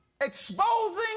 exposing